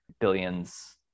billions